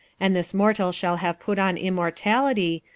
and this mortal shall have put on immortality,